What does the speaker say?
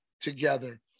together